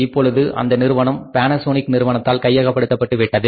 இப்பொழுது அந்த நிறுவனம் பேனாசோனிக் நிறுவனத்தால் கையகப்படுத்தப்பட்டுவிட்டது